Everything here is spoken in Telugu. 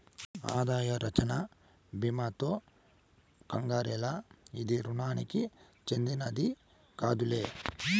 ఆదాయ రచ్చన బీమాతో కంగారేల, ఇది రుణానికి చెందినది కాదులే